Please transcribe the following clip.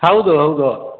ಹೌದು ಹೌದು